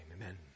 Amen